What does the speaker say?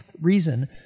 reason